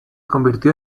convirtió